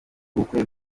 bukwe